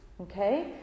Okay